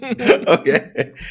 Okay